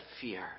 fear